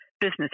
business